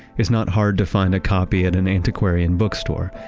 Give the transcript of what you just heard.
it's not hard to find a copy at an antiquarian bookstore,